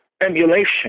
emulation